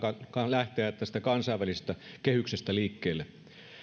lähteä kansainvälisestä kehyksestä liikkeelle